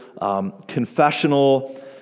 confessional